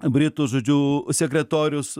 britų žodžiu sekretorius